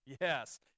Yes